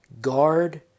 guard